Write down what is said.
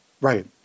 Right